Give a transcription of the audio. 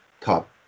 top